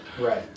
right